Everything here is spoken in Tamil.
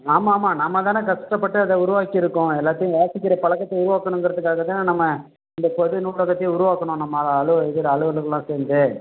ஆமாம் ஆமாம் நாம் தான் கஷ்டப்பட்டு அதை உருவாக்கியிருக்கோம் எல்லாத்தேயும் வாசிக்கின்ற பழக்கத்தை உருவாக்கணுங்கறதுக்கு தான் நம்ம இந்த பொது நூலகத்தையே உருவாக்கினோம் நம்ம அலு இதில் அலுவலர்கள்லாம் சேர்ந்து